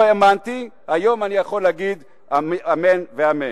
לא האמנתי, היום אני יכול להגיד, אמן ואמן.